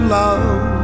love